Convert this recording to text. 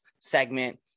segment